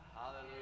Hallelujah